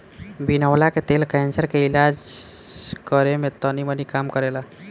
बिनौला के तेल कैंसर के इलाज करे में तनीमनी काम करेला